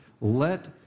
let